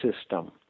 system